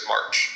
March